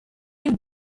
new